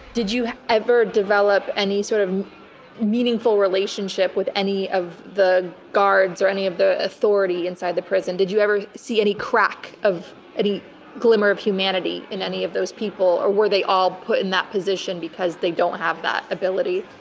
did you ever develop any sort of meaningful relationship with any of the guards or any of the authority inside the prison? did you ever see any crack, any glimmer of humanity in any of those people, or were they all put in that position because they don't have that ability?